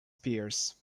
peers